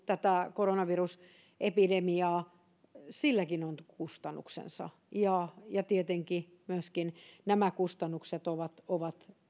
tätä koronavirusepidemiaa on hoidettu on kustannuksensa ja ja tietenkin myöskin nämä kustannukset ovat ovat